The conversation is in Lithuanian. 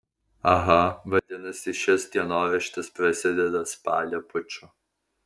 aha vadinasi šis dienoraštis prasideda spalio puču